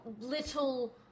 little